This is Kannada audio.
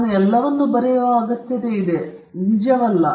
ನಾನು ಎಲ್ಲವನ್ನೂ ಬರೆಯುವ ಅಗತ್ಯತೆ ಇದೆ ಅದು ನಿಜವಲ್ಲ